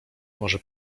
może